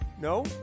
No